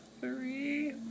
three